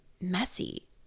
messy